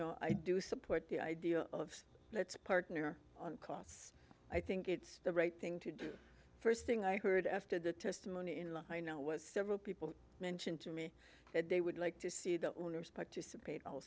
know i do support the idea of let's partner cos i think it's the right thing to do first thing i heard after the testimony was several people mentioned to me that they would like to see the owners participate